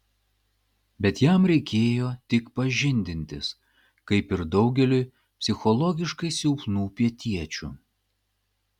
bet jam reikėjo tik pažindintis kaip ir daugeliui psichologiškai silpnų pietiečių